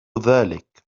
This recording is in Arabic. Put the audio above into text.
ذلك